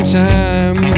time